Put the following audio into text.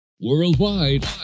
Worldwide